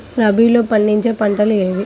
రబీలో పండించే పంటలు ఏవి?